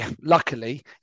Luckily